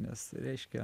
nes reiškia